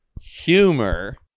humor